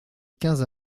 quinze